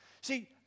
See